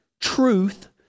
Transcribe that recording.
truth